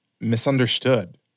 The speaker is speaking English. misunderstood